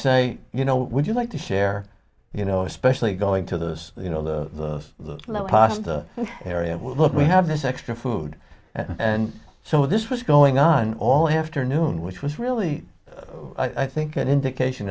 say you know would you like to share you know especially going to those you know the low cost area but we have this extra food and so this was going on all afternoon which was really i think an indication